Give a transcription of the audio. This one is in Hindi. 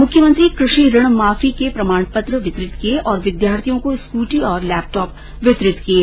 मुख्यमंत्री कृषि ऋण माफी के प्रमाण पत्र वितरित किये और विद्यार्थियों को स्कूटी और लैपटॉप वितरित किये